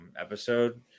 episode